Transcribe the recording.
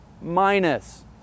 minus